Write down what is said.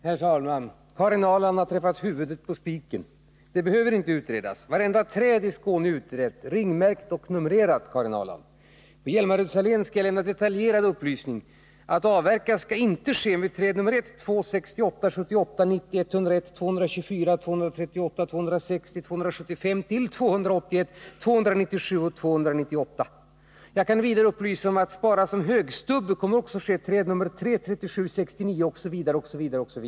Herr talman! Karin Ahrland har träffat huvudet på spiken. Den här frågan behöver inte utredas. Vartenda träd i Skåne är utrett, ringmärkt och numrerat, Karin Ahrland. Beträffande Hjälmaröds allé skall jag lämna detaljerad upplysning. Jag kan vidare upplysa om att följande träd skall sparas som högstubb: nr 3, 37, 69 osv. osv.